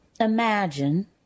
imagine